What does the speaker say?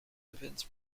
events